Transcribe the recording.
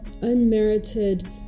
unmerited